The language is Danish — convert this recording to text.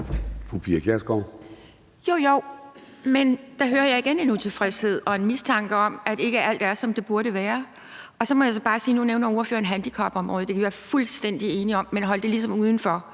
Jo, jo, men der hører jeg igen en utilfredshed og en mistanke om, at ikke alt er, som det burde være. Så må jeg bare sige noget. Nu nævner ordføreren handicapområdet, og det kan vi være fuldstændig enige om, men hold det ligesom udenfor.